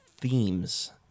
themes